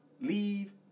leave